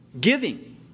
Giving